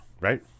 right